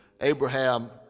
Abraham